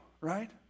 right